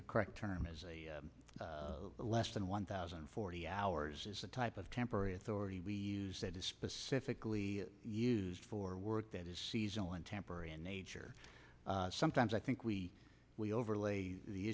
the correct term is less than one thousand and forty hours is a type of temporary authority we use that is specifically used for work that is seasonal and temporary in nature sometimes i think we we overlay the